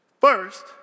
First